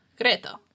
Greta